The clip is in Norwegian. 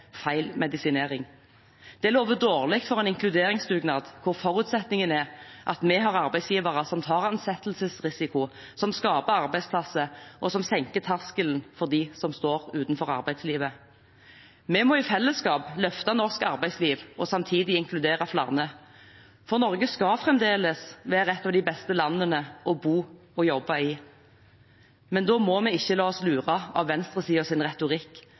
feil medisinering. Det lover dårlig for en inkluderingsdugnad, hvor forutsetningen er at vi har arbeidsgivere som tar ansettelsesrisiko, som skaper arbeidsplasser, og som senker terskelen for dem som står utenfor arbeidslivet. Vi må i fellesskap løfte norsk arbeidsliv og samtidig inkludere flere, for Norge skal fremdeles være et av de beste landene å bo og jobbe i. Da må vi ikke la oss lure av venstresidens retorikk,